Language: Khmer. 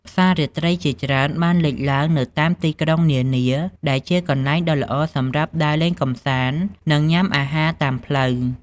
ផ្សាររាត្រីជាច្រើនបានលេចឡើងនៅតាមទីក្រុងនានា ដែលជាកន្លែងដ៏ល្អសម្រាប់ដើរលេងកម្សាន្ត និងញ៉ាំអាហារតាមផ្លូវ។